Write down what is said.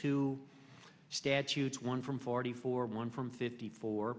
two statues one from forty four one from fifty four